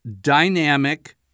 dynamic